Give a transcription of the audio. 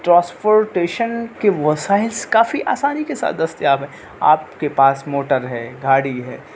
transportation کے وسائلس کا کافی آسانی کے ساتھ دستیاب ہے آپ کے پاس موٹر ہے گاڑی ہے